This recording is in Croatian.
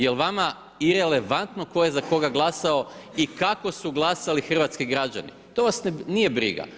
Je li vama irelevantno tko je za koga glasao i kako su glasali hrvatski građani, to vas nije briga.